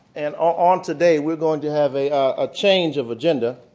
and on today we're going to have a ah change of agenda.